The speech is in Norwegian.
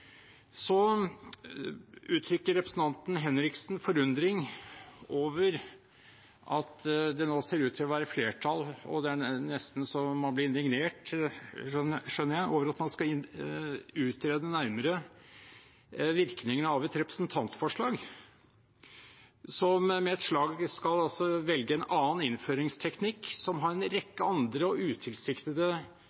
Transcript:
Så uttrykker representanten Henriksen forundring over at det nå ser ut til å være flertall – og det er nesten så man blir indignert, skjønner jeg – for at man skal utrede nærmere virkningene av et representantforslag, som med et slag altså skal velge en annen innføringsteknikk som har en